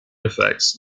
effects